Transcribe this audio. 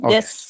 Yes